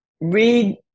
read